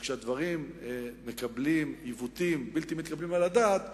וכשהדברים מקבלים עיוותים בלתי מתקבלים על הדעת,